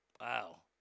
Wow